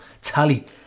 tally